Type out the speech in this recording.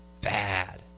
Bad